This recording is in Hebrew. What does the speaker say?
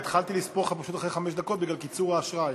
התחלתי לספור לך אחרי חמש דקות בגלל קיצור האשראי.